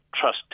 trust